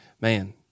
man